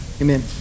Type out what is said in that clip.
Amen